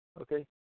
Okay